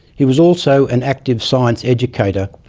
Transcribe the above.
he was also an active science educator,